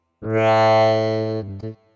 Red